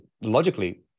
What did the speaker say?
logically